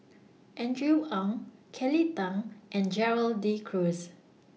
Andrew Ang Kelly Tang and Gerald De Cruz